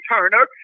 Turner